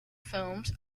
films